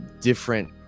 different